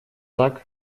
так